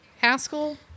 Haskell